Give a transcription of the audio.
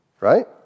right